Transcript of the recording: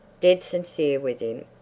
dead sincere with him!